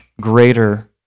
greater